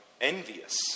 envious